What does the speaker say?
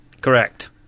Correct